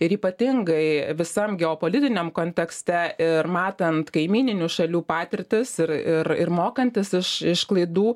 ir ypatingai visam geopolitiniam kontekste ir matant kaimyninių šalių patirtis ir ir ir mokantis iš iš klaidų